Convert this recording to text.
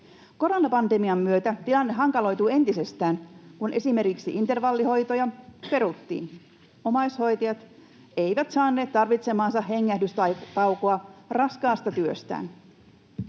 Koronapandemian myötä tilanne hankaloitui entisestään, kun esimerkiksi intervallihoitoja peruttiin. Omaishoitajat eivät saaneet tarvitsemaansa hengähdystaukoa raskaasta työstään.